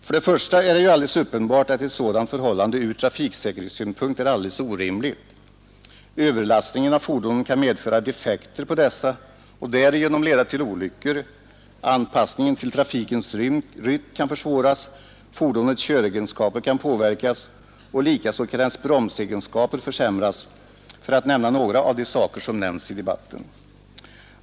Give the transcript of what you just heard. För det första är det alldeles uppenbart att ett sådant förhållande ur trafiksäkerhetssynpunkt är alldeles orimligt. Överlastningen av fordon kan medföra defekter på dessa och därigenom leda till olyckor. Anpassningen till trafikens rytm kan försvåras, fordonets köregenskaper kan påverkas och likaså kan dess bromsegenskaper försämras — för att nämna bara några av de saker som berörts i debatten.